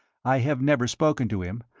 i have never spoken to him,